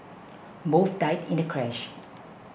both died in the crash